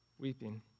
weeping